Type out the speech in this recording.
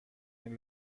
این